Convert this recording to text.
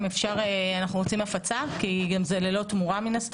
אם אפשר לומר "הפצה" כי מן הסתם זה ללא תמורה.